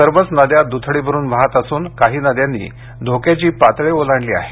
सर्वच नद्या द्थडी भरून वाहत असून काही नद्यांनी धोक्याची पातळी ओलांडली आहे